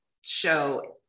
show